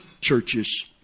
Churches